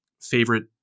favorite